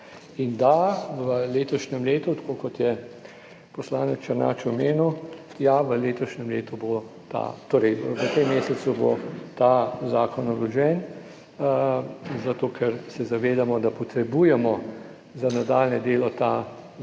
In, da, v letošnjem letu, tako kot je poslanec Černač omenil, ja, v letošnjem letu bo ta, torej v tem mesecu bo ta zakon vložen, zato ker se zavedamo, da potrebujemo za nadaljnje delo ta zakonski